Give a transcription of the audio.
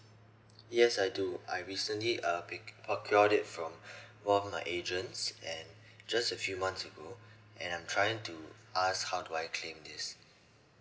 yes I do I recently uh pi~ procured it from one of my agents and just a few months ago and I'm trying to ask how do I claim this